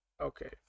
Okay